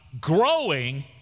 growing